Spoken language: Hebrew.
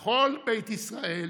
ולכל בית ישראל